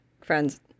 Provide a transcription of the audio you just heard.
friends